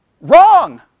Wrong